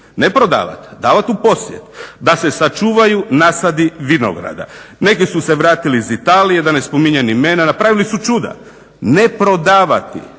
Ne prodavati, davat u posjed. Da se sačuvaju nasadi vinograda. Neki su se vratili iz Italije, da ne spominjem imena, napravili su čuda. Ne prodavati, od